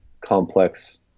complex